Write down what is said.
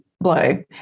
blow